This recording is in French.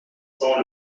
cents